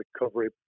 recovery